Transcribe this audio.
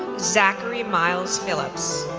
zachary myles phillips,